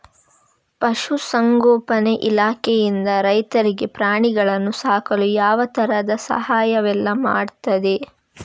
ಪಶುಸಂಗೋಪನೆ ಇಲಾಖೆಯಿಂದ ರೈತರಿಗೆ ಪ್ರಾಣಿಗಳನ್ನು ಸಾಕಲು ಯಾವ ತರದ ಸಹಾಯವೆಲ್ಲ ಮಾಡ್ತದೆ?